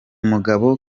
mugabo